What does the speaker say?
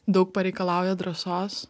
daug pareikalauja drąsos